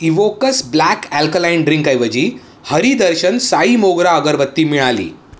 Evocus black alkaline ड्रिंकऐवजी हरीदर्शन साई मोगरा अगरबत्ती मिळाली